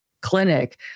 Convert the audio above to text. clinic